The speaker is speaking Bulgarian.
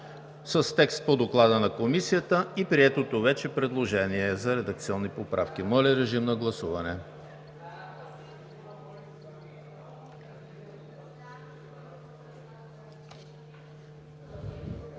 с текст по Доклада на Комисията и приетото вече предложение за редакционни поправки. Гласували